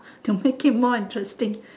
to make it more interesting